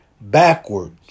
backwards